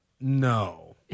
No